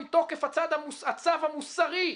מתוקף הצו המוסרי שלנו,